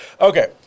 Okay